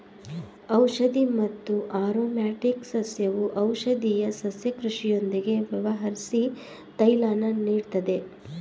ಔಷಧಿ ಮತ್ತು ಆರೊಮ್ಯಾಟಿಕ್ ಸಸ್ಯವು ಔಷಧೀಯ ಸಸ್ಯ ಕೃಷಿಯೊಂದಿಗೆ ವ್ಯವಹರ್ಸಿ ತೈಲನ ನೀಡ್ತದೆ